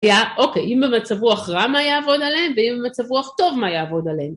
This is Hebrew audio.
אוקיי, אם במצב רוח רע מה יעבוד עליהם, ואם במצב רוח טוב מה יעבוד עליהם.